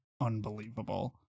unbelievable